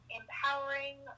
empowering